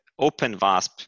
OpenVasp